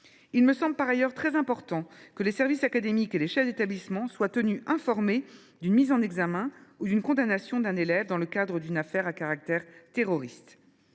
Il me semble par ailleurs très important que les services académiques et les chefs d’établissement soient tenus informés d’une mise en examen ou d’une condamnation d’un élève dans le cadre d’une affaire à caractère terroriste.